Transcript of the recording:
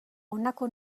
honako